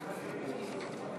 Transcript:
התקבלה.